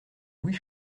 louis